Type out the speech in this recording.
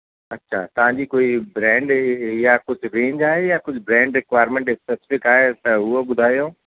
अच्छा तव्हांजी कोई ब्रेंड कुझु रेंज आहे या कुझु ब्रेंड रिक्वायरमेंट स्पेसिफ़िक आहे त उहो ॿुधायो